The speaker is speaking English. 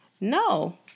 no